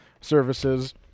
services